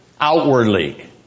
outwardly